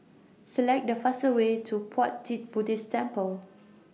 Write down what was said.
Select The faster Way to Puat Jit Buddhist Temple